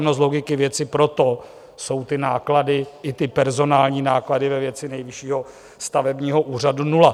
No z logiky věci proto jsou ty náklady i ty personální náklady ve věci Nejvyššího stavebního úřadu nula.